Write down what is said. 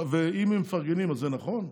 ואם הם מפרגנים, אז זה נכון?